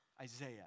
Isaiah